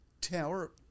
tower